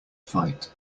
fight